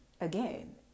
Again